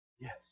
yes